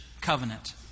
covenant